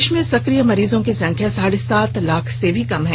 देश में सक्रिय मरीजों की संख्या साढे सात लाख से भी कम है